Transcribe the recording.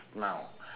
now